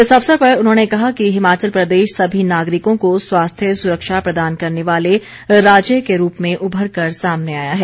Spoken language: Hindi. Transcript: इस अवसर पर उन्होंने कहा कि हिमाचल प्रदेश सभी नागरिकों को स्वास्थ्य सुरक्षा प्रदान करने वाले राज्य के रूप में उभर कर सामने आया है